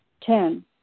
Ten